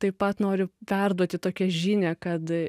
taip pat noriu perduoti tokią žinią kad